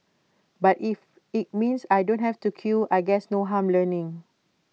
but if IT means I don't have to queue I guess no harm learning